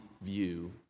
view